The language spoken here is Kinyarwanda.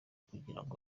kugirango